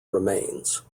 remains